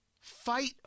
Fight